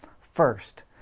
First